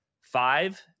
five